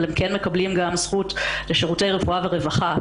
אבל הם כן מקבלים גם זכות לשירותי רפואה ורווחה.